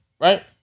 right